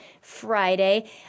Friday